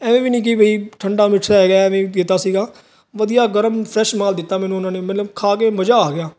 ਐਵੇਂ ਵੀ ਨਿੱਕੀ ਪਈ ਠੰਡਾ ਮਿਰਚ ਦਾ ਹੈਗਾ ਕੀਤਾ ਸੀਗਾ ਵਧੀਆ ਗਰਮ ਫਰੈਸ਼ ਮਾਲ ਦਿੱਤਾ ਮੈਨੂੰ ਉਹਨਾਂ ਨੇ ਮੈਨੂੰ ਖਾ ਕੇ ਮਜ਼ਾ ਆ ਗਿਆ ਮੈਂ ਘਰ ਵਰਗਾ ਲੱਗਿਆ ਮੈਨੂੰ ਇੱਕ ਚੀਜ਼ ਸਹੀ ਦੱਸਾ ਤੇ ਮੈਨੂੰ ਲੱਗਿਆ ਕੀ ਮੈਂ ਕਰੀ